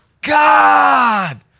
God